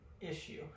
issue